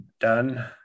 done